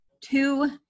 two